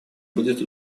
будет